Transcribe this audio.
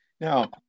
Now